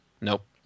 Nope